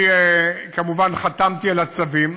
אני כמובן חתמתי על הצווים,